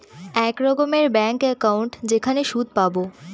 এক রকমের bank account যেখানে সুদ পাবো